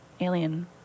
alien